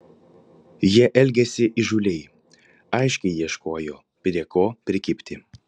jie elgėsi įžūliai aiškiai ieškojo prie ko prikibti